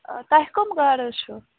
آ تۄہہِ کٔم گاڈٕ حظ چھَو